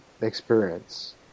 Experience